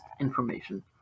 information